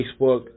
Facebook